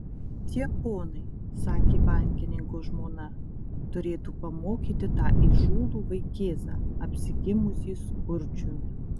tie ponai sakė bankininko žmona turėtų pamokyti tą įžūlų vaikėzą apsigimusį skurdžiumi